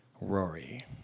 Rory